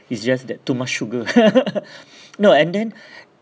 it's just that too much sugar no and then